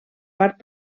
part